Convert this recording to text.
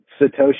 Satoshi